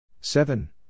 Seven